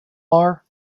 are